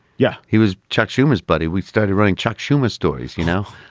yeah. he was chuck schumer's buddy we started running chuck schumer stories you know.